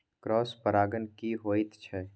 Cross परागण की होयत छै?